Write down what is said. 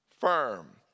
firm